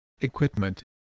equipment